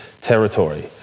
territory